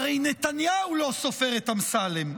הרי נתניהו לא סופר את אמסלם,